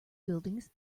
buildings